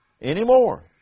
anymore